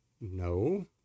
no